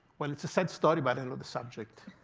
well, it's a sad story, but i know the subject.